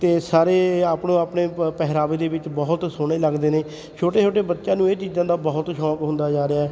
ਅਤੇ ਸਾਰੇ ਆਪਣੋ ਆਪਣੇ ਪ ਪਹਿਰਾਵੇ ਦੇ ਵਿੱਚ ਬਹੁਤ ਸੋਹਣੇ ਲੱਗਦੇ ਨੇ ਛੋਟੇ ਛੋਟੇ ਬੱਚਿਆਂ ਨੂੰ ਇਹ ਚੀਜ਼ਾਂ ਦਾ ਬਹੁਤ ਸ਼ੌਕ ਹੁੰਦਾ ਜਾ ਰਿਹਾ